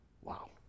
Wow